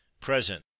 present